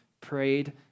prayed